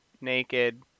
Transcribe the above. naked